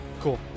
cool